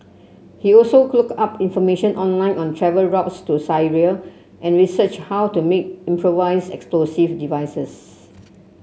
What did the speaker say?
he also looked up information online on travel routes to Syria and researched how to make improvised explosive devices